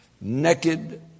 Naked